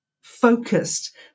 focused